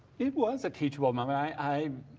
it was a teachable moment. i